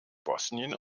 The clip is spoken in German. bosnien